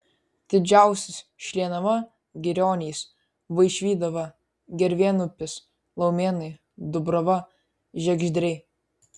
didžiausias šlienava girionys vaišvydava gervėnupis laumėnai dubrava žiegždriai